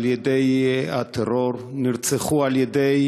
על-ידי הטרור, נרצחו על-ידי